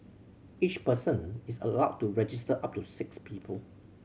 each person is allowed to register up to six people